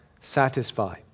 satisfy